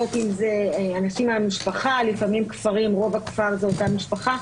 אם זה אנשים מהמשפחה ולפעמים כפרים רוב הכפר זה אותה משפחה,